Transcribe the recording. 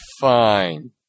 fine